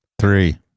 Three